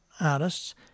artists